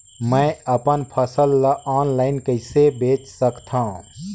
मैं अपन फसल ल ऑनलाइन कइसे बेच सकथव?